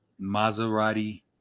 Maserati